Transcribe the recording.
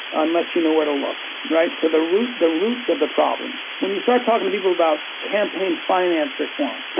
unless you know where to look, right. so the roots the roots of the problem, when you start talking to people about campaign finance reform,